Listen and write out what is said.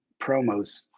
promos